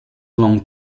along